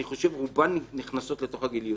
אני חושב שרובן נכנסות לתוך הגיליוטינה.